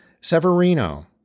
Severino